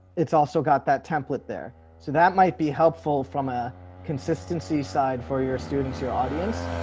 it's also got that template there so that might be helpful from a consistency side for your students, your audience.